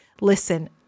Listen